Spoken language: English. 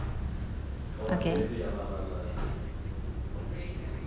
okay